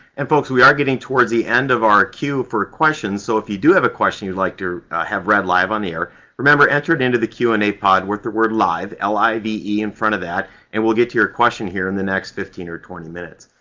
and, folks, we are getting towards the end of our queue for questions, so if you do have a question you'd like to have read live on the air, remember, enter it into the q and a pod with the word live l i v e in front of that and we'll get to your question in the next fifteen or twenty minutes.